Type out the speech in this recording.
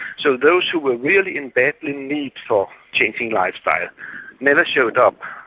so those who were really in badly need for changing lifestyle never showed up.